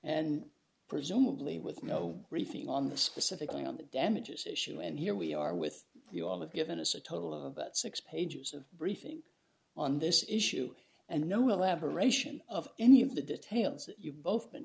and presumably with no briefing on the specific thing on the damages issue and here we are with you all have given us a total of six pages of briefing on this issue and no elaboration of any of the details that you've both been